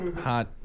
hot